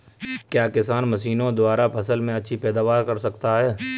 क्या किसान मशीनों द्वारा फसल में अच्छी पैदावार कर सकता है?